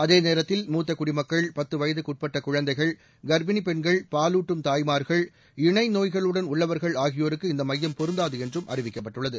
அதேநேரத்தில் மூத்த குடிமக்கள் பத்து வயதுக்கு உட்பட்ட குழந்தைகள் கர்ப்பிணிப் பெண்கள் பாலூட்டும் தாய்மார்கள் இணை நோய்களுடன் உள்ளவர்கள் ஆகியோருக்கு இந்த மையம் பொருந்தாது என்றும் அறிவிக்கப்பட்டுள்ளது